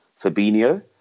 Fabinho